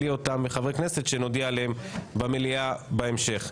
בלי אותם חברי כנסת שנודיע עליהם במליאה בהמשך.